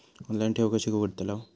Online ठेव कशी उघडतलाव?